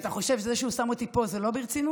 אתה חושב שזה שהוא שם אותי פה זה לא ברצינות?